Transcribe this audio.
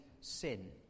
sin